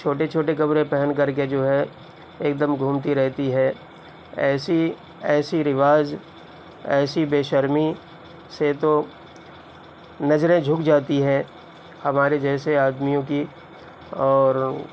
چھوٹے چھوٹے کپڑے پہن کر کے جو ہے ایک دم گھومتی رہتی ہیں ایسی ایسی رواج ایسی بے شرمی سے تو نظریں جھک جاتی ہیں ہمارے جیسے آدمیوں کی اور